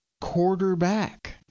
quarterback